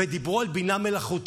והם דיברו על בינה מלאכותית.